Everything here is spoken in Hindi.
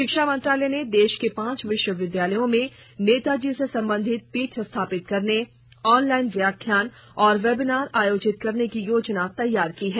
शिक्षा मंत्रालय ने देश के पांच विश्वविद्यालयों में नेताजी से संबंधित पीठ स्थापित करने ऑनलाइन व्याख्याान और वेबिनार आयोजित करने की योजना तैयार की है